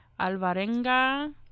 Alvarenga